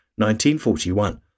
1941